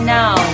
now